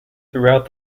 throughout